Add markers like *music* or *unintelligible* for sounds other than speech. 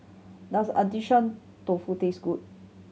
does *unintelligible* Dofu taste good